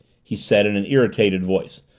he said in an irritated voice.